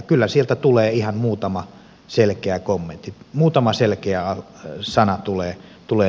kyllä sieltä tulee ihan muutama selkeä kommentti muutama selkeä sana tulee